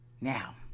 Now